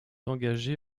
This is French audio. engagés